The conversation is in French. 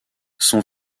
son